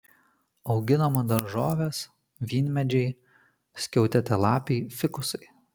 auginama daržovės vynmedžiai skiautėtalapiai fikusai